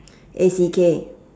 A C K